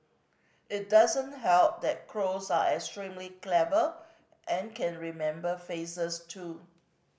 it doesn't help that crows are extremely clever and can remember faces too